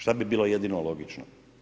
Šta bi bilo jedino logično?